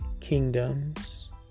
Kingdoms